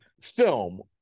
film